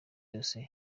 yose